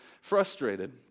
frustrated